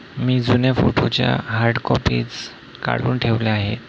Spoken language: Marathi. मी जुन्या फोटोच्या हार्डकॉपीज काढून ठेवल्या आहेत